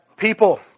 People